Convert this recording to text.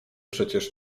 przecież